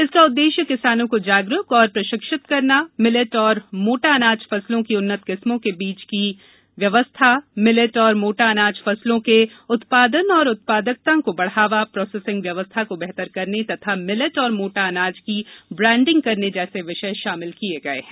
इसका उद्देश्य किसानों को जागरूक एवं प्रशिक्षित करना मिलेट एवं मोटा अनाज फसलों की उन्नत किस्मों के बीज की व्यवस्था मिलेट एवं मोटा अनाज फसलों के उत्पादन एवं उत्पादकता को बढ़ावा प्रोसेसिंग व्यवस्था को बेहतर करने तथा मिलेट एवं मोटा अनाज की ब्रॉण्डिंग करने जैसे विषय शामिल किये गये हैं